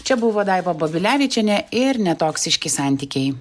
čia buvo daiva babilevičienė ir netoksiški santykiai